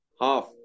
half